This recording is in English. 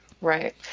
Right